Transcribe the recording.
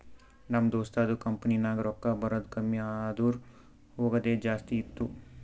ನಮ್ ದೋಸ್ತದು ಕಂಪನಿನಾಗ್ ರೊಕ್ಕಾ ಬರದ್ ಕಮ್ಮಿ ಆದೂರ್ ಹೋಗದೆ ಜಾಸ್ತಿ ಇತ್ತು